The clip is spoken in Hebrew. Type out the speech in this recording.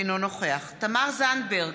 אינו נוכח תמר זנדברג,